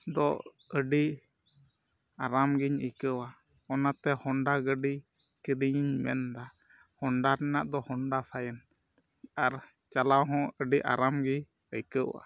ᱫᱚ ᱟᱹᱰᱤ ᱟᱨᱟᱢᱜᱤᱧ ᱟᱹᱭᱠᱟᱹᱣᱟ ᱚᱱᱟᱛᱮ ᱦᱳᱱᱰᱟ ᱜᱟᱹᱰᱤ ᱠᱤᱨᱤᱧᱤᱧ ᱢᱮᱱᱫᱟ ᱦᱳᱱᱰᱟ ᱨᱮᱱᱟᱜ ᱫᱚ ᱦᱳᱱᱰᱟ ᱥᱟᱭᱤᱱ ᱟᱨ ᱪᱟᱞᱟᱣ ᱦᱚᱸ ᱟᱹᱰᱤ ᱟᱨᱟᱢᱜᱮ ᱟᱹᱭᱠᱟᱹᱜᱼᱟ